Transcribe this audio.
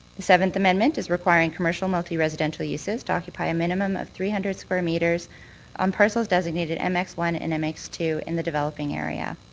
seventh amendment is requiring commercial multi-residential uses to occupy a minimum of three hundred square metres on parcells designated m x one and m x two in the developing area.